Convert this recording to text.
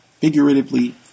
figuratively